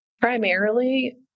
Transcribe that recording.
Primarily